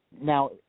now